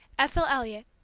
ethel elliot,